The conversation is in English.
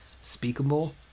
speakable